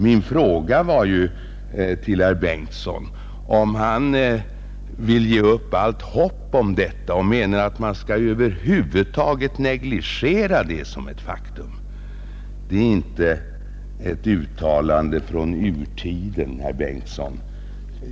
Min fråga till herr Bengtson var ju om han vill ge upp allt hopp om att dessa människor någonsin skall få sin längtan uppfylld. Menar han att vi skall negligera den? Det är inte något uttalande från urtiden, herr Bengtson.